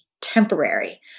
temporary